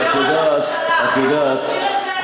איך אתה מסביר את זה?